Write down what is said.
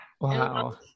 Wow